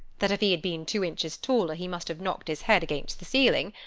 that if he had been two inches taller he must have knocked his head against the ceiling,